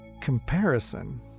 comparison